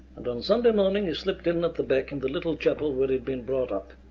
and on sunday morning he slipped in at the back, in the little chapel where he'd been brought up.